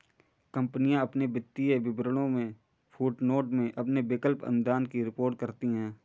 कंपनियां अपने वित्तीय विवरणों में फुटनोट में अपने विकल्प अनुदान की रिपोर्ट करती हैं